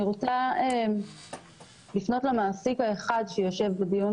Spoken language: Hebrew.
אני רוצה לפנות למעסיק האחד שיושב בדיון